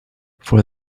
for